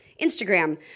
Instagram